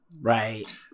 Right